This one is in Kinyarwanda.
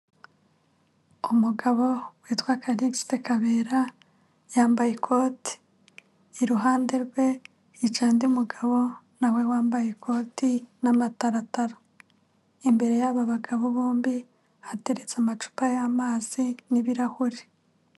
Umugabo witwa Karikisite Kabera yambaye ikote, iruhande rwe hicaye undi mugabo nawe wambaye ikoti n'amataratara, imbere y'aba bagabo bombi hateretse amacupa y'amazi n'ibirahure.